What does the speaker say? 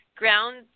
Ground